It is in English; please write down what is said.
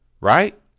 right